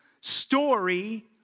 story